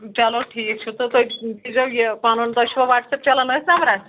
چلو ٹھیٖک چھُ تہٕ تُہۍ دی زیٚو یہِ پَنُن تۄہہِ چھُوا وَٹسایپ چلان ٲسۍ نَمبرَس